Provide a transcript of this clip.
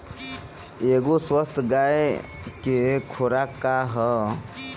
एगो स्वस्थ गाय क खुराक का ह?